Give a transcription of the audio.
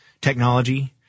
Technology